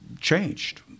changed